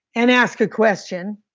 and ask a question.